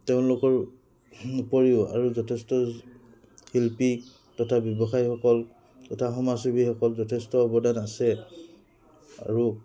তেওঁলোকৰ উপৰিও আৰু যথেষ্ট শিল্পী তথা ব্যৱসায়ীসকল তথা সমাজ সেৱীসকল যথেষ্ট অৱদান আছে আৰু